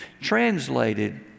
translated